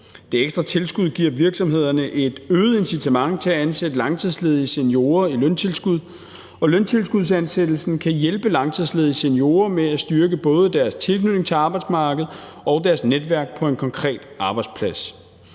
Det ekstra tilskud giver virksomhederne et øget incitament til at ansætte langtidsledige seniorer i løntilskud, og løntilskudsansættelsen kan hjælpe langtidsledige seniorer med at styrke både deres tilknytning til arbejdsmarkedet og deres netværk på en konkret arbejdsplads.